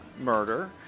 murder